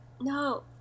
No